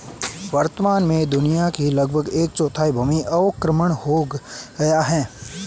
वर्तमान में दुनिया की लगभग एक चौथाई भूमि का अवक्रमण हो गया है